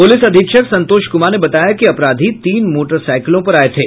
police अधीक्षक संतोष कुमार ने बताया कि अपराधी तीन मोटरसाईकिलों पर आये थे